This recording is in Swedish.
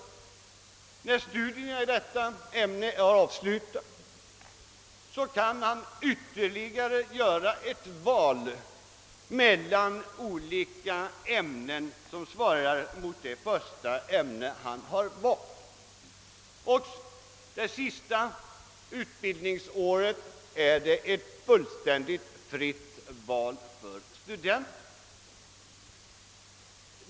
När studierna i detta ämne är avslutade kan studenten göra ytterligare ett val mellan ämnen som svarar mot det först valda. Det sista utbildningsåret har studenten ett helt fritt val.